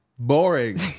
boring